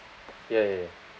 ya ya ya